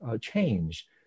change